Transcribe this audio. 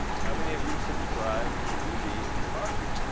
how many of you subscribe to the chronicle?